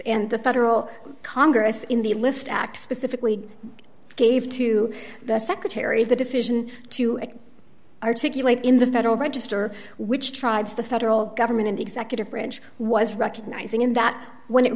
and the federal congress in the list act specifically gave to the secretary the decision to articulate in the federal register which tribes the federal government and executive branch was recognizing in that when it